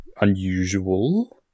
unusual-